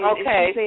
Okay